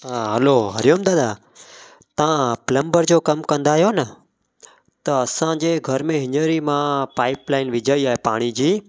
हा हैलो हरी ओम दादा तव्हां प्लंबर जो कमु कंदा आहियो न त असांजे घर में हींअर ई मां पाइपलाइन विझाई आहे पाणी जी